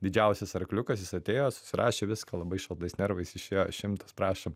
didžiausias arkliukas jis atėjo susirašė viską labai šaltais nervais išėjo šimtas prašom